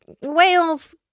whales